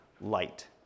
light